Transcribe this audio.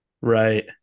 Right